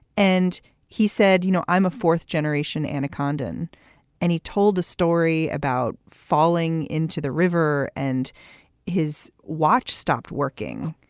and he said, you know, i'm a fourth generation anaconda. and and he told a story about falling into the river and his watch stopped working.